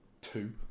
two